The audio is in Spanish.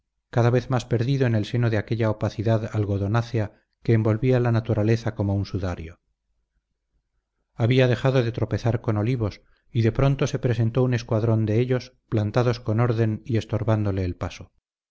cada vez más perdido en el seno de aquella opacidad algodonácea que envolvía la naturaleza como un sudario había dejado de tropezar con olivos y de pronto se presentó un escuadrón de ellos plantados con orden y estorbándole el paso